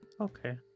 Okay